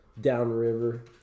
downriver